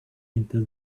into